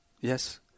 yes